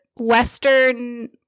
Western